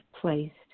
placed